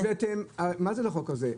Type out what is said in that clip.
מה זה בחוק הזה?